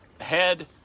Head